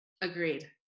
Agreed